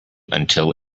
until